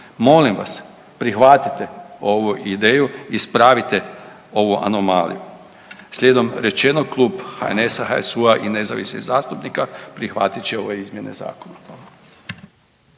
Molim vas prihvatite ovu ideju, ispravite ovu anomaliju. Slijedom rečenog Klub HNS-a, HSU-a i nezavisnih zastupnika prihvatit će ove izmjene zakona.